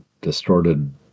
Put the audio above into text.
distorted